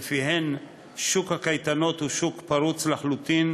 ולפיהן שוק הקייטנות הוא שוק פרוץ לחלוטין,